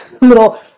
little